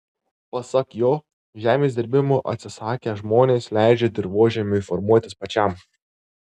pasak jo žemės dirbimo atsisakę žmonės leidžia dirvožemiui formuotis pačiam